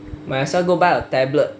must as well go buy a tablet